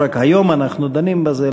לא רק היום אנחנו דנים בזה,